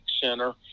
Center